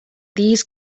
these